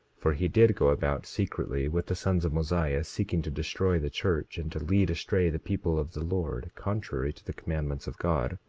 for he did go about secretly with the sons of mosiah seeking to destroy the church, and to lead astray the people of the lord, contrary to the commandments of god,